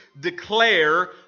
declare